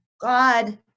God